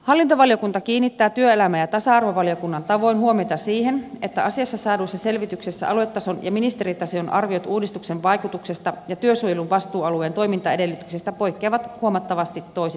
hallintovaliokunta kiinnittää työelämä ja tasa arvovaliokunnan tavoin huomiota siihen että asiassa saaduissa selvityksissä aluetason ja ministeritason arviot uudistuksen vaikutuksesta ja työsuojelun vastuualueen toimintaedellytyksistä poikkeavat huomattavasti toisistaan